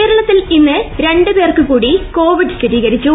കേരളത്തിൽ ഇന്ന് രണ്ട് പേർക്ക് കൂടി കോവിഡ് സ്ഥിരീകരിച്ചു